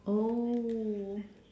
oh